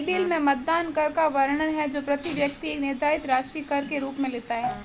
Bible में मतदान कर का वर्णन है जो प्रति व्यक्ति एक निर्धारित राशि कर के रूप में लेता है